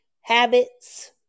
habits